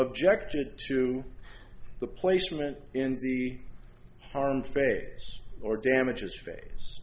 objected to the placement in the harm face or damages face